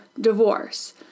divorce